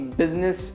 business